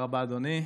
תודה רבה, אדוני.